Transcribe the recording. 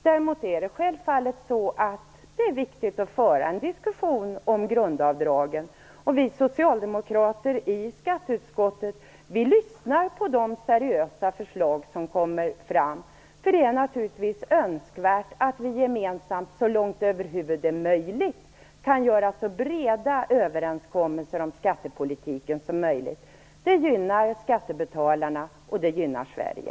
Däremot är det självfallet viktigt att föra en diskussion om grundavdragen. Vi socialdemokrater i skatteutskottet lyssnar på de seriösa förslag som kommer fram, för det är naturligtvis önskvärt att vi gemensamt, så långt det över huvud taget är möjligt, kan göra så breda överenskommelser om skattepolitiken som möjligt. Det gynnar skattebetalarna, och det gynnar Sverige.